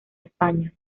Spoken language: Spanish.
españa